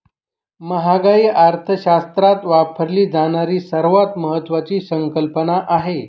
महागाई अर्थशास्त्रात वापरली जाणारी सर्वात महत्वाची संकल्पना आहे